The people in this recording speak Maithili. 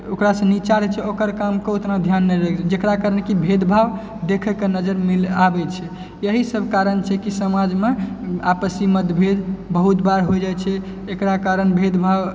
ओकरासँ नीचा रहै छै ओकर कामके ओतना ध्यान नहि देल जाइ छै जकरा कारण कि भेदभाव देखैके नजरि आबैत छै यही सब कारण छै कि समाजमे आपसी मतभेद बहुत बार हो जाइ छै एकरा कारण भेदभाव